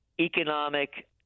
economic